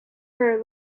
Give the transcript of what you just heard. her